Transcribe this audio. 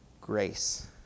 grace